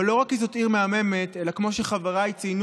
אבל לא רק כי זו עיר מהממת, אלא כמו שחבריי ציינו,